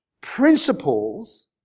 principles